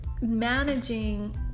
managing